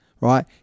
Right